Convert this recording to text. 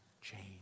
change